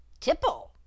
tipple